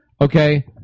Okay